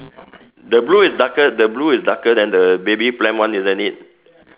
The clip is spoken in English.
the blue is darker the blue is darker than the baby pram one isn't it